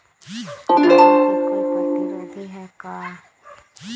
आलू के कोई प्रतिरोधी है का?